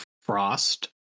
frost